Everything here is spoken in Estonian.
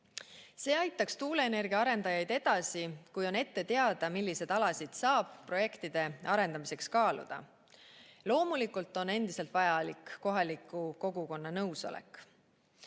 See aitaks tuuleenergia arendajaid edasi, kui on ette teada, milliseid alasid saab projektide arendamiseks kaaluda. Loomulikult on endiselt vajalik kohaliku kogukonna nõusolek. Teiseks,